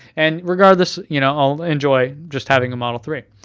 and regardless, you know i'll enjoy just having a model three.